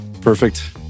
perfect